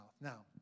Now